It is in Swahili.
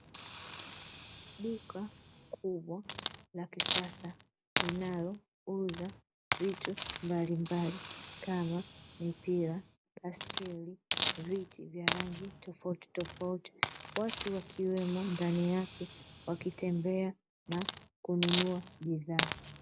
Duka kubwa la kisasa linalouza vitu mbalimbali kama: mipira, baiskeli, viti vya rangi tofauti tofauti. Watu wakiwemo ndani yake wakitembea na kununua bidhaa.